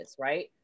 right